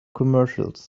commercials